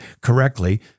correctly